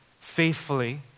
faithfully